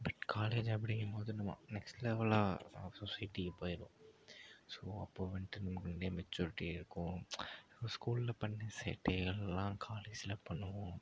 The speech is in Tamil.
பட் காலேஜ் அப்படிங்கும்போது நம்ம நெக்ஸ்ட் லெவல் ஆஃப் சொசைட்டிக்கு போயிருவோம் ஸோ அப்போ வந்துவிட்டு நமக்கு நிறையா மெச்சூரிட்டி இருக்கும் ஸ்கூலில் பண்ண சேட்டைகள்லாம் காலேஜில் பண்ணுவோம்